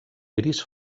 gris